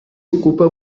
ocupa